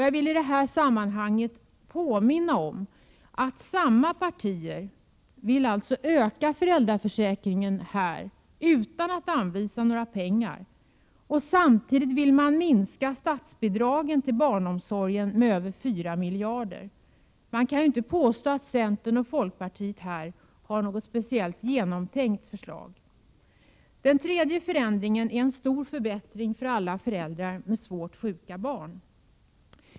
Jag vill i det sammanhanget påminna om att samma partier vill öka föräldraförsäkringen, utan att anvisa några pengar, och samtidigt minska statsbidragen till barnomsorgen med över 4 miljarder. Man kan inte påstå att centern och folkpartiet här har något speciellt genomtänkt förslag. Den tredje förändringen är en stor förbättring för alla föräldrar med svårt sjuka barn.